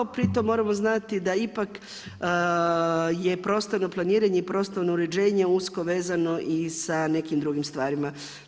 Pri tome moramo znati da ipak je prostorno planiranje i prostorno uređenje usko vezano i sa nekim drugim stvarima.